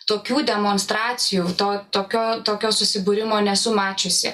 tokių demonstracijų to tokio tokio susibūrimo nesu mačiusi